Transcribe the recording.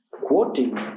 quoting